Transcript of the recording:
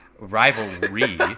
rivalry